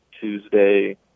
Tuesday